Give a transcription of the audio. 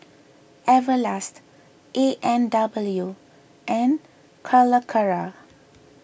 Everlast A and W and Calacara